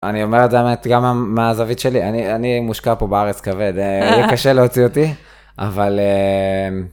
אני אומרת גם מהזווית שלי, אני מושקע פה בארץ כבד, זה קשה להוציא אותי, אבל.